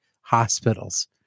hospitals